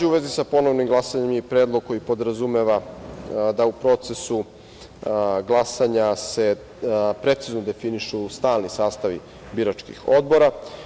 U vezi sa ponovnim glasanjem je i predlog koji podrazumeva da u procesu glasanja se precizno definišu stalni sastavi biračkih odbora.